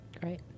Great